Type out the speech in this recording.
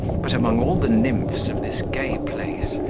but, among all the nymphs of this gay place,